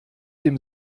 dem